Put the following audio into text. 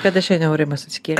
kada šiandien aurimas atsikėlė